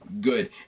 good